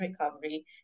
recovery